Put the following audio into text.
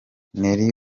nelly